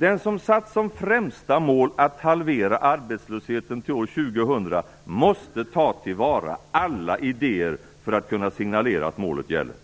Den som satt som främsta mål att halvera arbetslösheten till år 2000 måste ta till vara alla idéer för att kunna signalera att målet gäller.